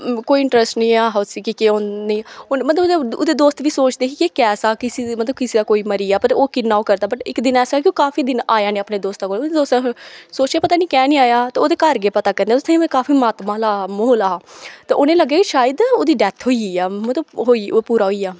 कोई इंटरेस्ट नेईं हा उसी कि के होंदा मतलब ओह्दे दोस्त बी सोचदे ही कि एह् कैसा ऐ किसे दे मतलब कोई मरी जाए पर ओह् किन्ना रोह् करदा पर इक दिन ऐसा होआ ओह् काफी दिन आया नेईं अपने दोस्तें कोल ओह्दे दोस्तें सोचेआ पता नेईं कैंह् नेईं आया ओह् ओहदे घर गे पता करने गी उत्थै उ'नें काफी मातम आह्ला म्हौल हा ते उनेंगी लग्गेआ कि शायद ओह्दी डैथ होई गेई ऐ मतलब ओह् होई गेई ऐ ओह् पूरा होई गेआ